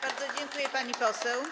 Bardzo dziękuję, pani poseł.